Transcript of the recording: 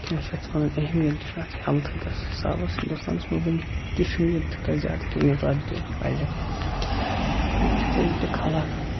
کیاہ چھِ اتھ وَنان اہمیت دِنہٕ اَتھ ہیٚلتھِکِس حِسابَس ہِندُستانَس مَنٛز تہِ چھُنہٕ ییٚتہِ تیٚوٗتاہ زیادٕ کینٛہہ یوٗتاہ تہِ پَزٮ۪کھ ییٚتہِ چھِ وٕنۍ تہِ خَلَق